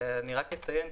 רק אציין,